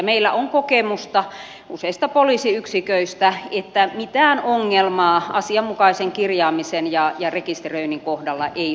meillä on kokemusta useista poliisiyksiköistä että mitään ongelmaa asianmukaisen kirjaamisen ja rekisteröinnin kohdalla ei ole